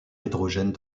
hydrogène